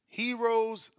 heroes